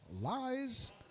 lies